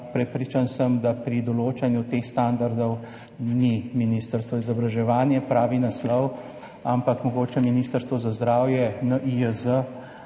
Prepričan sem, da pri določanju teh standardov ni ministrstvo za izobraževanje pravi naslov, ampak mogoče Ministrstvo za zdravje, NIJZ.